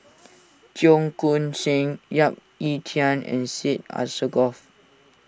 Cheong Koon Seng Yap Ee Chian and Syed Alsagoff